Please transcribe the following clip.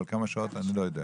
אבל כמה שעות אני לא יודע.